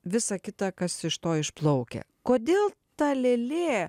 visa kita kas iš to išplaukia kodėl ta lėlė